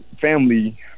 family